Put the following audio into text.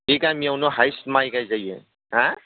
बे गामियावनो हायेस्ट माइ गायजायो हा